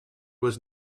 was